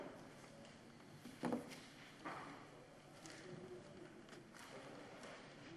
לאט-לאט מרוקנים את המשרד הזה מתוכן.